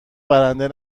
برنده